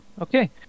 okay